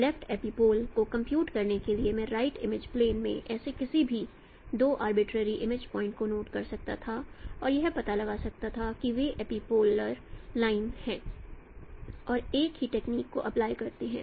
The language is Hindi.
लेफ्ट एपिपोल को कंप्यूट करने के लिए मैं राइट इमेज प्लेन में ऐसे किसी भी दो आर्बिटरेरी इमेज पॉइंट्स को नोट कर सकता था और यह पता लगा सकता था कि वे एपीपोलर लाइन हैं और एक ही टेक्निक को अप्लाई करते हैं